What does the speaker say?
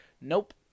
Nope